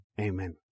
Amen